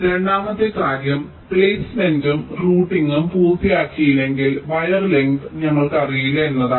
രണ്ടാമത്തെ കാര്യം പ്ലെയ്സ്മെന്റും റൂട്ടിംഗും പൂർത്തിയാക്കിയില്ലെങ്കിൽ വയർ ലെങ്ത്സ് ഞങ്ങൾക്ക് അറിയില്ല എന്നതാണ്